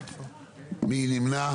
מי נמנע?